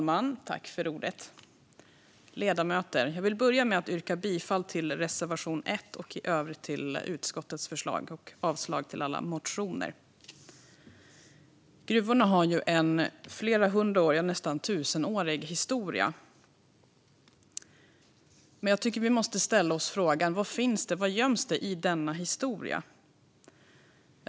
Fru talman och ledamöter! Jag vill börja med att yrka bifall till reservation 1 och utskottets förslag i övrigt och avslag på alla motioner. Gruvorna har en flerhundraårig, nästan tusenårig, historia. Jag tycker att vi måste ställa oss frågan: Vad göms i denna historia?